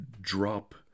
drop